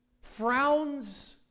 frowns